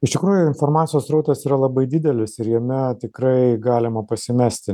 iš tikrųjų informacijos srautas yra labai didelis ir jame tikrai galima pasimesti